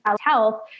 health